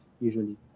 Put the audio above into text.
usually